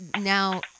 now